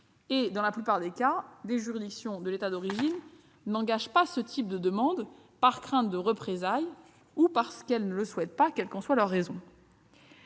dans la plupart des cas, les juridictions de l'État d'origine n'engagent pas ce type de demande, par crainte de représailles ou parce qu'elles ne le souhaitent pas pour toute autre raison.